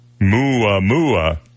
Muamua